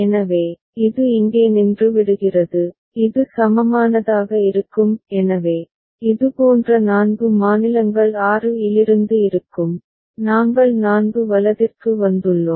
எனவே இது இங்கே நின்றுவிடுகிறது இது சமமானதாக இருக்கும் எனவே இதுபோன்ற நான்கு மாநிலங்கள் 6 இலிருந்து இருக்கும் நாங்கள் 4 வலதிற்கு வந்துள்ளோம்